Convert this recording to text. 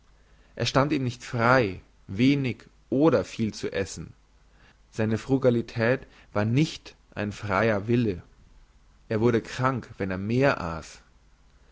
es stand ihm nicht frei wenig oder viel zu essen seine frugalität war nicht ein freier wille er wurde krank wenn er mehr ass